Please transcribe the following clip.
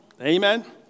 Amen